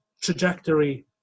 trajectory